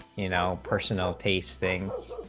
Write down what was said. you know personal tastings